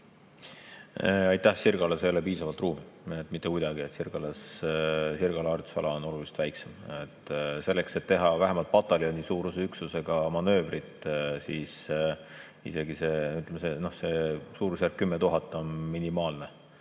Aitäh! Sirgalas ei ole piisavalt ruumi – mitte kuidagi. Sirgala harjutusala on oluliselt väiksem. Selleks, et teha vähemalt pataljonisuuruse üksusega manöövrit, isegi see suurusjärk 10 000 on minimaalne,